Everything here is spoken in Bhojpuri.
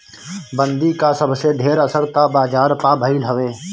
बंदी कअ सबसे ढेर असर तअ बाजार पअ भईल हवे